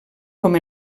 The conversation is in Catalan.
com